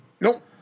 nope